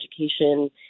education